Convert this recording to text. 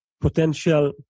potential